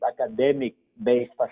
academic-based